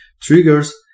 triggers